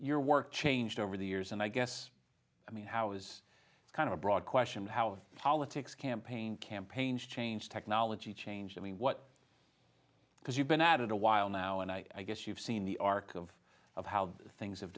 your work changed over the years and i guess i mean how is kind of a broad question how politics campaign campaigns change technology change i mean what because you've been added a while now and i guess you've seen the arc of of how things have